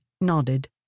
nodded